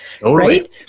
Right